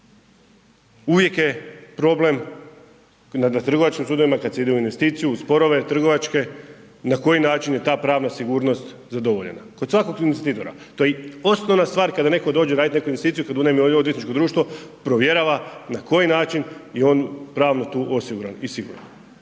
uvijek je problem na trgovačkim sudovima kad se ide u investiciju, sporove trgovačke na koji način je ta pravna sigurnost zadovoljena. Kod svakog investitora, to je osnovna stvar kada netko dođe raditi neku investiciju kad unajmi odvjetničko društvo provjerava na koji način je on pravno tu osiguran i siguran.